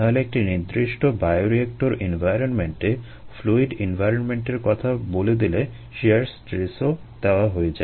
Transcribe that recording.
তাহলে একটি নির্দিষ্ট বায়োরিয়েক্টর এনভায়রনমেন্টে ফ্লুইড এনভায়রনমেন্টের কথা বলে দিলে শিয়ার স্ট্রেসও দেয়া হয়ে যায়